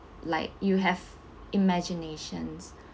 like you have imaginations